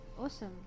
awesome